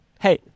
Hey